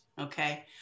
okay